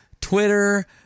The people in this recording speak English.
Twitter